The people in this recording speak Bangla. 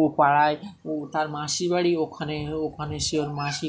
ও পাড়ায় ও তার মাসির বাাড়ি ওখানে ওখানে সে ওর মাসি